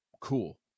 Cool